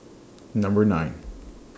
Number nine